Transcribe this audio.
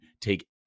Take